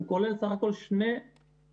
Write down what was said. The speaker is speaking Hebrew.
הוא כולל בסך הכול שני פסיכולוגים,